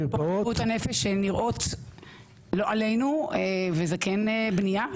מרפאות בריאות הנפש שנראות לא עלינו וזה כן בניה,